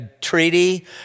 treaty